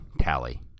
tally